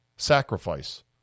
Sacrifice